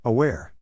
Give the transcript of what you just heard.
Aware